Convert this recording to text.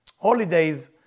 holidays